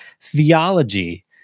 theology